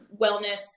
wellness